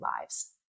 lives